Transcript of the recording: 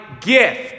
gift